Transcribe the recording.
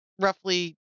roughly